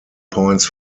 points